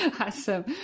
Awesome